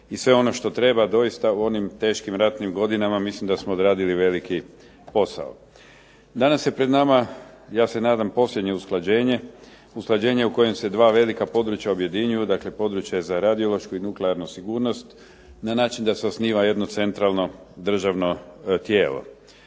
i sve ono što treba doista u onim teškim ratnim godinama, mislim da smo odradili veliki posao. Danas je pred nama ja se nadam posljednje usklađenje. Usklađenje u kojem se dva velika područja objedinjuju, dakle područje za radiološku i nuklearnu sigurnost na način da se osniva jedno centralno državno tijelo.